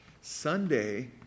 Sunday